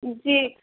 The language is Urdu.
جی